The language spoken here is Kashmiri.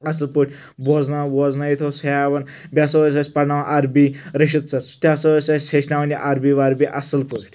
اصل پٲٹھۍ بوزناوان ووزنٲیِتھ اوس سُہ ہیٚوان بیٚیہِ ہَسا اوس اسہِ پرناوان عربی رشیٖد سَر سُہ تہِ ہَسا اوس اسہِ ہیٚچھناوان یہِ عربی وَربی اصل پٲٹھۍ